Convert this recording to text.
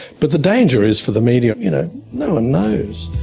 but the danger is for the media you know no-one knows.